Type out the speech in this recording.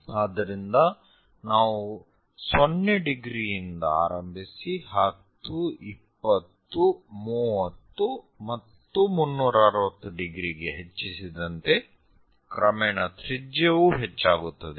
ಆದ್ದರಿಂದ ನಾವು 0° ಯಿಂದ ಆರಂಭಿಸಿ 10 20 30 ಮತ್ತು 360° ಗೆ ಹೆಚ್ಚಿಸಿದಂತೆ ಕ್ರಮೇಣ ತ್ರಿಜ್ಯವೂ ಹೆಚ್ಚಾಗುತ್ತದೆ